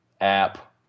app